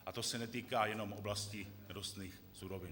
A to se netýká jenom oblasti nerostných surovin.